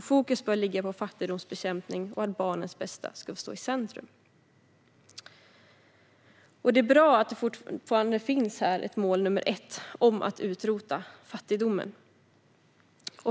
Fokus bör ligga på fattigdomsbekämpning och att barnens bästa ska få stå i centrum. Det är bra att det fortfarande finns ett mål nr 1 som handlar om att utrota fattigdomen.